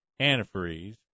antifreeze